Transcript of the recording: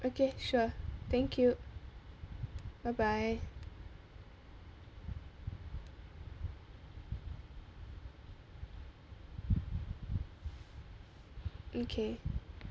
okay sure thank you bye bye okay